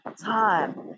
time